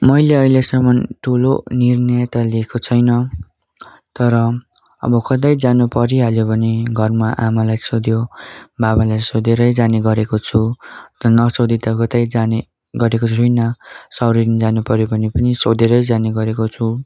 मैले अहिलेसम्म ठुलो निर्णय त लिएको छैन तर अब कतै जानु परिहाल्यो भने घरमा आमालाई सोध्यो बाबालाई सोधेरै जाने गरेको छु नसोधी त कतै जाने गरेको छुइनँ सौरेनी जानुपऱ्यो भने पनि सोधेरै जाने गरेको छु